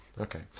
Okay